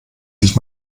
sich